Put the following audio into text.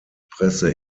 presse